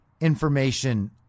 information